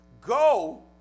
go